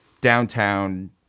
downtown